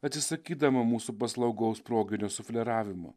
atsisakydama mūsų paslaugaus proginio sufleravimo